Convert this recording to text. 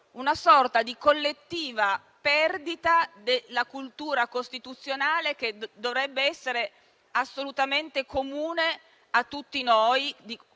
una sorta di collettiva perdita della cultura costituzionale, che dovrebbe essere assolutamente comune a tutti noi,